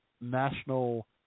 National